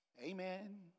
Amen